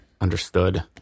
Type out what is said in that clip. Understood